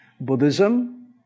Buddhism